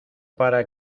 para